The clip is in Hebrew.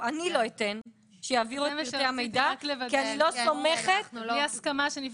אני לא אתן שיעבירו את פרטי המידע חד משמעית